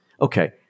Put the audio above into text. okay